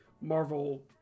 Marvel